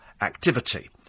activity